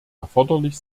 erforderlich